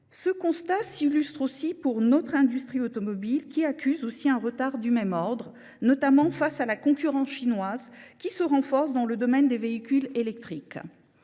Le constat vaut aussi pour notre industrie automobile. Celle ci accuse un retard du même ordre, notamment face à la concurrence chinoise, qui se renforce dans le domaine des véhicules électriques.